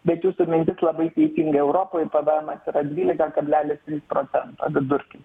bet jūsų mintis labai teisinga europoje pvemas yra dvylika kablelis trys procento vidurkis